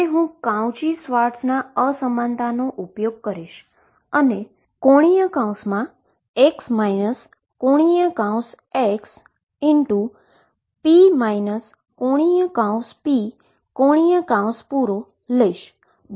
હવે હું Cauchy Schwarz inequality ઉપયોગ કરીશ અને ⟨x ⟨x⟩p ⟨p⟩⟩ લઈશ